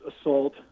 assault